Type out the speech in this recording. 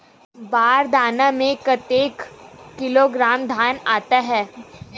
बार दाना में कतेक किलोग्राम धान आता हे?